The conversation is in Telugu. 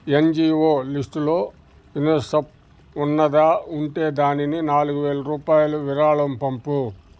యన్జీఓ లిస్టులో యునిసఫ్ ఉన్నదా ఉంటే దానిని నాలుగు వేల రూపాయల విరాళం పంపు